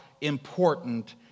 important